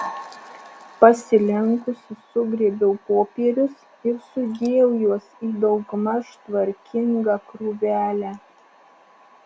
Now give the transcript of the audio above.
pasilenkusi sugrėbiau popierius ir sudėjau juos į daugmaž tvarkingą krūvelę